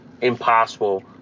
impossible